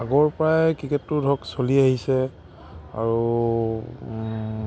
আগৰ পৰাই ক্ৰিকেটটো ধৰক চলি আহিছে আৰু